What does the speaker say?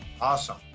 Awesome